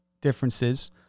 differences